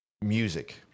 music